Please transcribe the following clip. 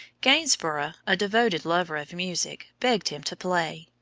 gainsborough, a devoted lover of music, begged him to play,